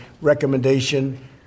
recommendation